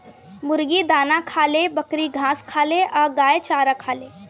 मुर्गी दाना खाले, बकरी घास खाले आ गाय चारा खाले